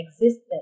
existed